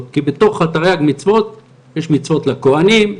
כי בתוך תרי"ג המצוות יש מצוות לכוהנים,